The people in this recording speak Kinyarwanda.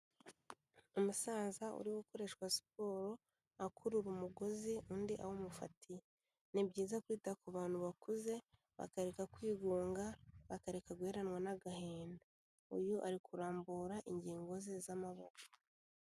Umusaza uri gukoreshwa siporo, akurura umugozi undi awumufatiye. Ni byiza kwita ku bantu bakuze bakareka kwigunga, bakareka guheranwa n'agahinda. Uyu ari kurambura ingingo ze z'amaboko.